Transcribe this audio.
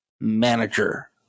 manager